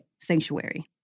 Sanctuary